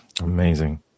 Amazing